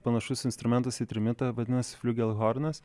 panašus instrumentas į trimitą vadinasi fliugelhornas